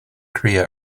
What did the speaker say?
korea